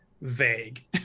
vague